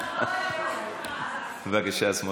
בבקשה, סמוטריץ,